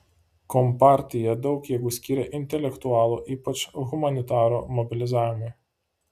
kompartija daug jėgų skyrė intelektualų ypač humanitarų mobilizavimui